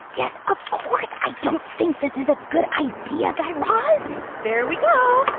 yes, of course i don't think this is a good idea, guy raz there we go.